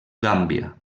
gàmbia